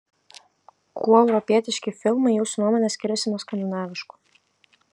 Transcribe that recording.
kuo europietiški filmai jūsų nuomone skiriasi nuo skandinaviškų